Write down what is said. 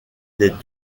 des